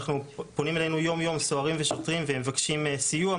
פונים אלינו יום-יום סוהרים ושוטרים ומבקשים סיוע,